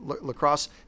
lacrosse